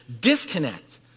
disconnect